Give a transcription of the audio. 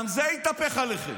גם זה יתהפך עליכם.